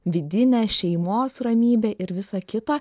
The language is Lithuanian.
vidinė šeimos ramybė ir visa kita